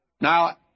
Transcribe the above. Now